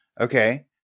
Okay